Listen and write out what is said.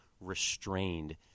restrained